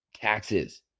taxes